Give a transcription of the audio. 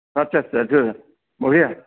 আচ্ছা আচ্ছা দে বঢ়িয়া